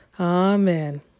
Amen